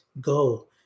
go